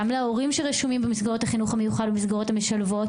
גם להורים שרשומים במסגרות החינוך המיוחד והמסגרות המשלבות,